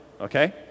Okay